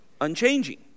Unchanging